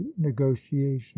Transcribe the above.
negotiation